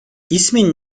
i̇smin